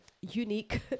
unique